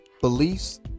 beliefs